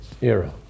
era